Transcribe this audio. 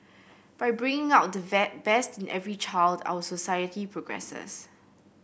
by bringing out the best in every child our society progresses